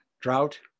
Drought